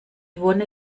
wonne